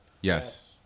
yes